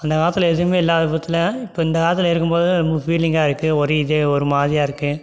அந்தக் காலத்தில் எதுவுமே இல்லாத இப்போ இந்தக் காலத்தில் இருக்கும் போது ரொம்ப ஃபீலிங்காக இருக்குது ஒரு இது ஒரு மாதிரியா இருக்குது